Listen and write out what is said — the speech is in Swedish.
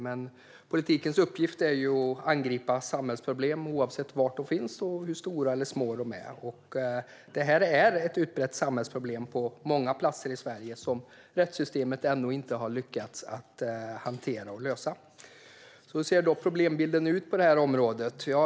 Men politikens uppgift är att angripa samhällsproblem oavsett var de finns och hur stora eller små de är. Detta är ett utbrett samhällsproblem på många platser i Sverige som rättssystemet ännu inte har lyckats att hantera och lösa. Hur ser då problembilden ut på området?